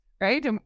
Right